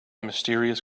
mysterious